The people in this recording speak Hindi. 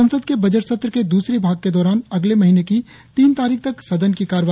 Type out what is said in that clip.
संसद के बजट सत्र के द्रसरे भाग के दौरान अगले महीने की तीन तारीख तक सदन की कार्यवाही चलनी थी